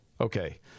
Okay